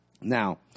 Now